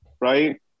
right